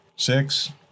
Six